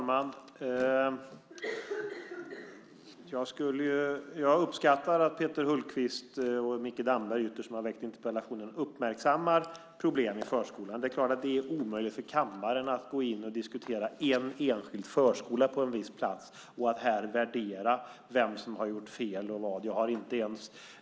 Fru talman! Jag uppskattar att Peter Hultqvist och Micke Damberg, som ytterst har väckt interpellationen, uppmärksammar problem i förskolan. Det är omöjligt för kammaren att gå in och diskutera en enskild förskola på en viss plats och att här värdera vem som har gjort fel och vad.